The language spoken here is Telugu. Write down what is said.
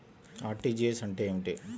అర్.టీ.జీ.ఎస్ అంటే ఏమిటి?